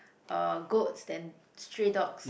uh goats than stray dogs